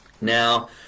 Now